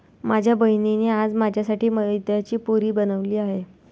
माझ्या बहिणीने आज माझ्यासाठी मैद्याची पुरी बनवली आहे